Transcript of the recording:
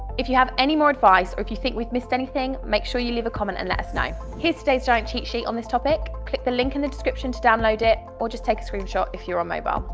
if you have any more advice, or if you think we've missed anything make sure you leave a comment and let us know! here's today's giant cheatsheet on this topic click the link in the description to download it, or just take a screenshot if you're on mobile!